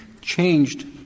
changed